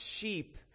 sheep